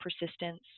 persistence